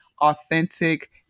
authentic